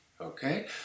okay